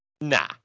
nah